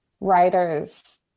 writers